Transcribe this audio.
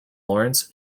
laurence